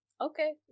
okay